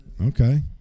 Okay